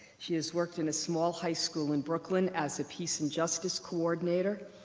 she has worked in a small high school in brooklyn as a peace and justice coordinator,